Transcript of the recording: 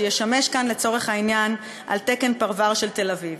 שישמש כאן לצורך העניין על תקן פרבר של תל-אביב,